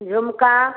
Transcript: झुमका